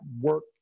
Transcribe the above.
work